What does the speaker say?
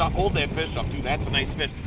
ah hold that fish up, too. that's a nice fish.